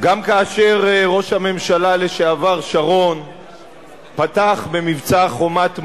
גם כאשר ראש הממשלה לשעבר שרון פתח במבצע "חומת מגן",